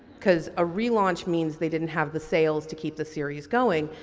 because a relaunch means they didn't have the sales to keep the series going.